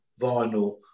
vinyl